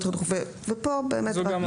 זו גם הצעה.